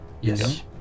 Yes